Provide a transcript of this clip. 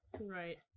Right